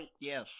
Yes